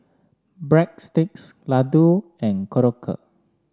Breadsticks Ladoo and Korokke